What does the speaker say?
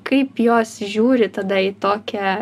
kaip jos žiūri tada į tokią